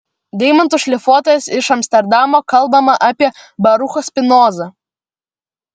deimantų šlifuotojas iš amsterdamo kalbama apie baruchą spinozą